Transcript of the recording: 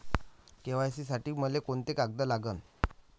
KYC साठी मले कोंते कागद लागन?